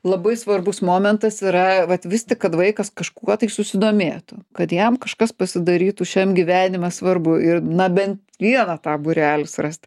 labai svarbus momentas yra vat vis tik kad vaikas kažkuo tai susidomėtų kad jam kažkas pasidarytų šiam gyvenime svarbu ir na bent vieną tą būrelį surast